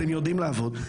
אתם יודעים לעבוד,